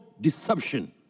deception